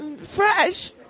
fresh